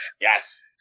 Yes